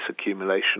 accumulation